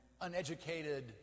uneducated